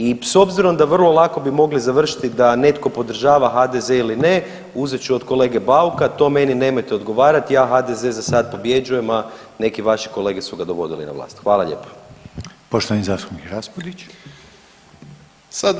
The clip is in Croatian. I s obzirom da vrlo lako bi mogli završiti da netko podržava HDZ ili ne, uzet ću od kolege Bauka, to meni nemojte odgovarat, ja HDZ za sad pobjeđujem, a neki vaši kolege su ga dovodili na vlast, hvala lijepa.